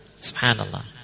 Subhanallah